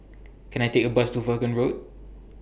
Can I Take A Bus to Vaughan Road